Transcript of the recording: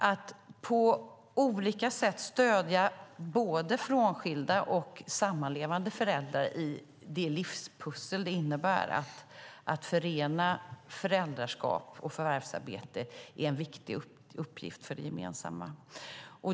Att på olika sätt stödja både frånskilda och sammanlevande föräldrar i det livspussel det innebär att förena föräldraskap och förvärvsarbete är en viktig uppgift för det gemensamma.